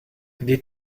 des